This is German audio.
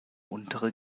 untere